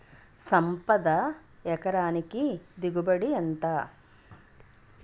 సంపద ఎకరానికి దిగుబడి ఎంత?